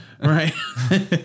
Right